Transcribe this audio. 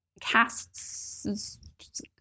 casts